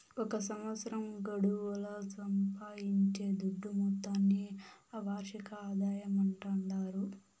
ఒక సంవత్సరం గడువుల సంపాయించే దుడ్డు మొత్తాన్ని ఆ వార్షిక ఆదాయమంటాండారు